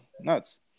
Nuts